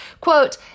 Quote